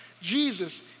Jesus